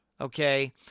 Okay